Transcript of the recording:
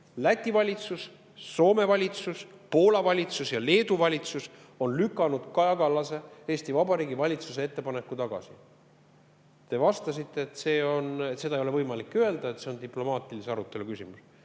Läti valitsus, Soome valitsus, Poola valitsus ja Leedu valitsus on lükanud Kaja Kallase, Eesti Vabariigi valitsuse ettepaneku tagasi, te vastasite, et seda ei ole võimalik öelda, see on diplomaatilise arutelu küsimus.